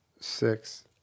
six